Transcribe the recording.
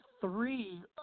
three